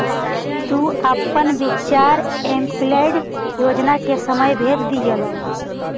तु अपन विचार एमपीलैड योजना के समय भेज दियह